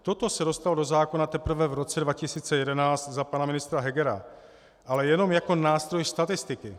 Toto se dostalo do zákona teprve v roce 2011 za pana ministra Hegera, ale jenom jako nástroj statistiky.